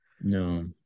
No